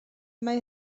mae